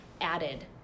added